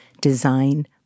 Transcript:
design